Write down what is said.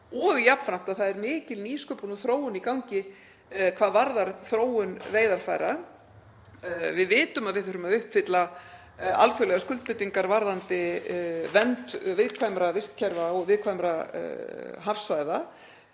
og jafnframt að það er mikil nýsköpun og þróun í gangi í þróun veiðarfæra. Við vitum að við þurfum að uppfylla alþjóðlegar skuldbindingar varðandi vernd viðkvæmra vistkerfa og viðkvæmra hafsvæða